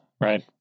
right